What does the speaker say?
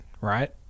right